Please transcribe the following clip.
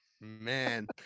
Man